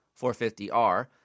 450R